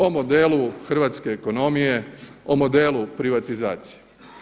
O modelu hrvatske ekonomije, o modelu privatizacije.